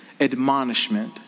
admonishment